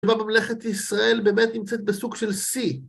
בממלכת ישראל באמת נמצאת בסוג של שיא.